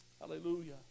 Hallelujah